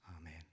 Amen